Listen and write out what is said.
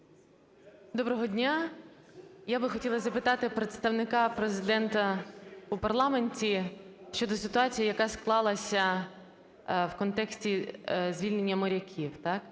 Доброго дня. Я би хотіла запитати Представника Президента у парламенті щодо ситуації, яка склалася в контексті звільнення моряків.